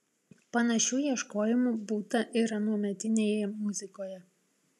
panašių ieškojimų būta ir anuometinėje muzikoje